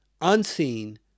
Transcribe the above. unseen